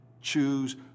Choose